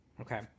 Okay